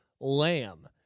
lamb